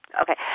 Okay